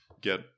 get